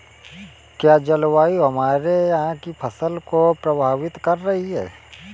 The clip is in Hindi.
क्या जलवायु हमारे यहाँ की फसल को प्रभावित कर रही है?